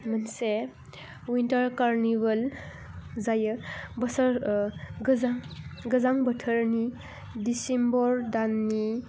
मोनसे विन्टार कारनिबोल जायो बोसोर गोजां गोजां बोथोरनि दिसिमबर दाननि